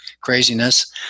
craziness